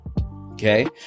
Okay